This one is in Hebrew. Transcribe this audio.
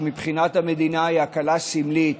שמבחינת המדינה היא הקלה סמלית,